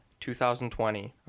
2020